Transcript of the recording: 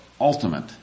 ultimate